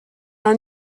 are